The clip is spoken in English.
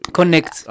Connect